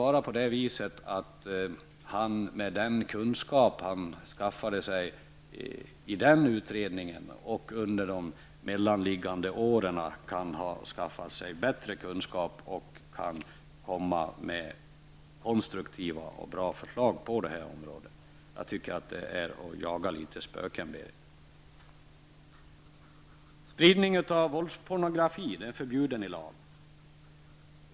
Jag tycker att han, genom att ha deltagit i denna utredning och därefter, måste ha införskaffat sådana kunskaper att han kan lägga fram konstruktiva och bra förslag på detta område. Enligt min mening jagar Berith Eriksson spöken i detta sammanhang. Spridning av våldspornografi är i lag förbjuden.